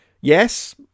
Yes